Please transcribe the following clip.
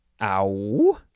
ow